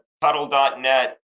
puddle.net